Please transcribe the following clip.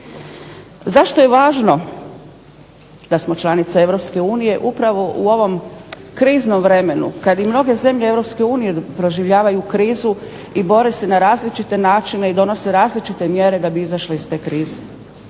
Zašto je važno da smo članica EU upravo u ovom kriznom vremenu kad i mnoge zemlje EU proživljavaju krizu i bore se na različite načine i donose različite mjere da bi izašle iz te krize?